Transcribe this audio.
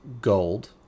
gold